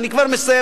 אני כבר מסיים,